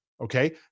okay